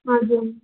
हजुर